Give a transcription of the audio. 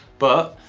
but,